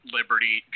Liberty